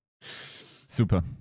Super